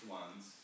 one's